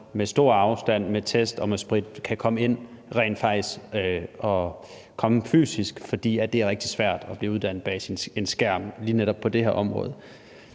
med stor afstand, med test og med sprit kan komme ind rent fysisk, fordi det er rigtig svært at blive uddannet bag en skærm lige netop på det her område.